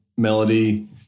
melody